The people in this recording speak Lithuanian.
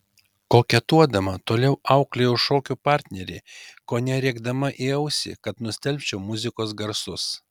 koketuodama toliau auklėjau šokių partnerį kone rėkdama į ausį kad nustelbčiau muzikos garsus